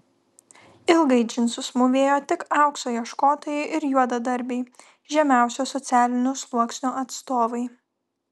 ilgai džinsus mūvėjo tik aukso ieškotojai ir juodadarbiai žemiausio socialinio sluoksnio atstovai